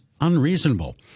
unreasonable